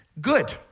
Good